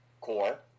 core